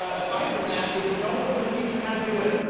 ah aside from that, is that no ones going to teach you how to do it